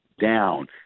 down